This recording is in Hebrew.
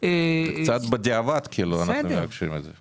קצת בדיעבד כאילו אנחנו מבקשים את זה.